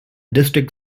district